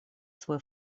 свой